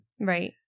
Right